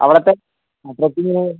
അവിടുത്തെ അഡ്രസ്സ്